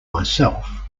myself